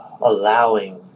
Allowing